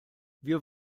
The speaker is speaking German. wir